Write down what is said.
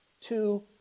two